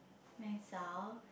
myself